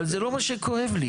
אבל זה לא מה שכואב לי.